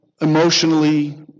emotionally